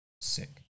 sick